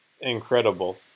incredible